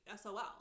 SOL